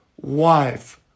wife